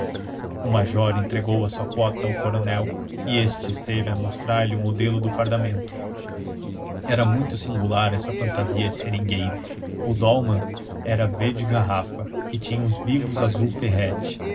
o major entregou a sua quota ao coronel e este esteve a mostrar-lhe o modelo do fardamento era muito singular essa fantasia de seringueiro o dólmã era verde garrafa e tinha uns vivos